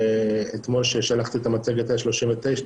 אתמול כששלחתי את המצגת היו 39,